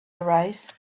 arise